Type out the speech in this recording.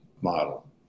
model